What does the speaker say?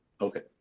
Okay